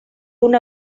una